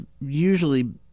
usually